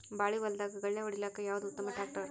ಬಾಳಿ ಹೊಲದಾಗ ಗಳ್ಯಾ ಹೊಡಿಲಾಕ್ಕ ಯಾವದ ಉತ್ತಮ ಟ್ಯಾಕ್ಟರ್?